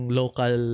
local